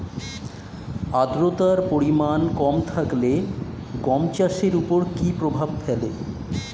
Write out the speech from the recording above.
আদ্রতার পরিমাণ কম থাকলে গম চাষের ওপর কী প্রভাব ফেলে?